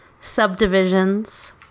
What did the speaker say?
Subdivisions